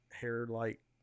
hair-like